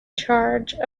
charge